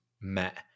met